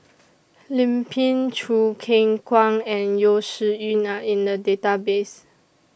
Lim Pin Choo Keng Kwang and Yeo Shih Yun Are in The Database